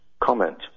comment